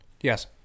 Yes